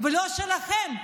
ולא שלכם.